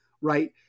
right